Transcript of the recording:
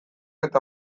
eta